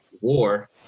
War